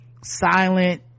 silent